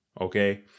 Okay